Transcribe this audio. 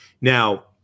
Now